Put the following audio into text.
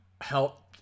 help